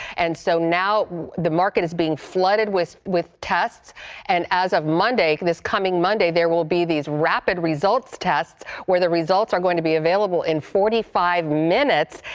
and so now the market is being flooded with with tests and as of monday, this coming monday, there will be these rapid results tests where the results are going to be available in forty five minutes,